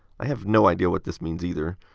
i have no idea what this means either.